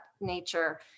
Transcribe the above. nature